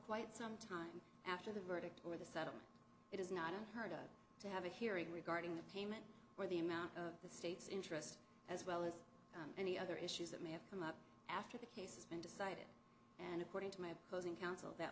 quite some time after the verdict or the settlement it is not unheard of to have a hearing regarding the payment or the amount of the state's interest as well as any other issues that may have come up after the case has been decided and according to my opposing counsel that